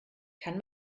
kann